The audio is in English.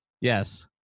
Yes